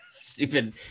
stupid